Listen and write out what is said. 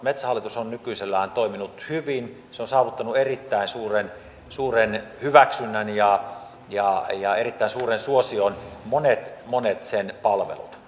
metsähallitus on nykyisellään toiminut hyvin se on saavuttanut erittäin suuren hyväksynnän ja erittäin suuren suosion kuten monet monet sen palvelut